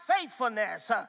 faithfulness